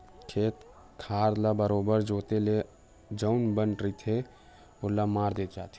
खेत खार ल बरोबर जोंते ले जउन बन रहिथे ओहा मर जाथे